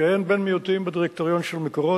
שאין בן מיעוטים בדירקטוריון של "מקורות".